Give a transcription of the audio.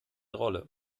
rolle